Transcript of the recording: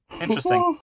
Interesting